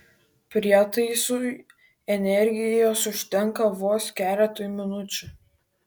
prietaisui energijos užtenka vos keletui minučių